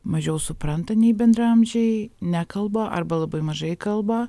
mažiau supranta nei bendraamžiai nekalba arba labai mažai kalba